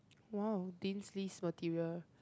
!wow! Dean's list material